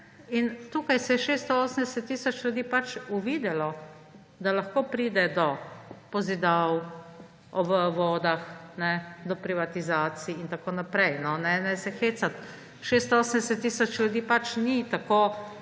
Tukaj je 680 tisoč ljudi pač uvidelo, da lahko pride do pozidav ob vodah, do privatizacij in tako naprej. Ne se hecati. 680 tisoč ljudi pač ni tako